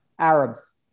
Arabs